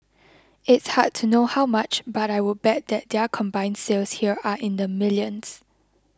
it's hard to know how much but I would bet that their combined sales here are in the millions